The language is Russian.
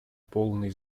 полный